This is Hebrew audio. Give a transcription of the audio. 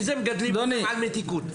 מזה מגדלים אותם על מתיקות.